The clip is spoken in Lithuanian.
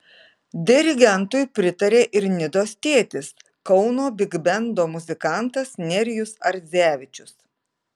dirigentui pritarė ir nidos tėtis kauno bigbendo muzikantas nerijus ardzevičius